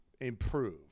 improve